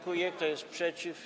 Kto jest przeciw?